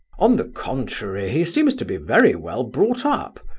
on the contrary, he seems to be very well brought up.